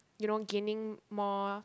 you know gaining more